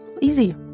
easy